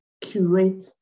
curate